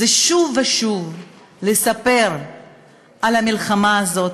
זה שוב ושוב לספר על המלחמה הזאת,